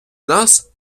нас